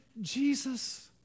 Jesus